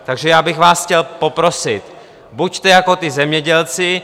Takže já bych vás chtěl poprosit, buďte jako ti zemědělci.